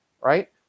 right